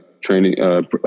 training –